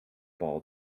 ball